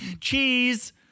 cheese